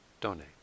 donate